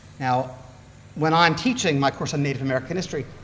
now when i'm teaching my course on native american history,